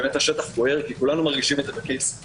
השטח בוער כי כולנו מרגישים את זה בכיס,